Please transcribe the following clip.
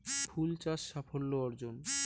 ফুল চাষ সাফল্য অর্জন?